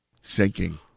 sinking